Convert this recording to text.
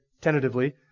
tentatively